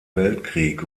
weltkrieg